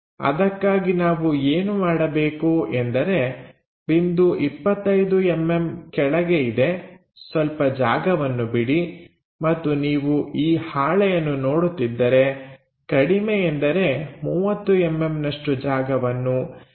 ಅದಕ್ಕಾಗಿ ನಾವು ಏನು ಮಾಡಬೇಕು ಎಂದರೆ ಬಿಂದು 25mm ಕೆಳಗೆ ಇದೆ ಸ್ವಲ್ಪ ಜಾಗವನ್ನು ಬಿಡಿ ಮತ್ತು ನೀವು ಈ ಹಾಳೆಯನ್ನು ನೋಡುತ್ತಿದ್ದರೆ ಕಡಿಮೆ ಎಂದರೆ 30mm ನಷ್ಟು ಜಾಗವನ್ನು ಯಾವುದೇ ರಚನೆಗಾಗಿ ಬಿಡಬೇಕು